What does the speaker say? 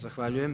Zahvaljujem.